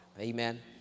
Amen